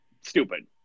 stupid